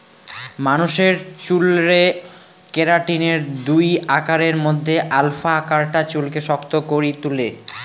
মানুষের চুলরে কেরাটিনের দুই আকারের মধ্যে আলফা আকারটা চুলকে শক্ত করি তুলে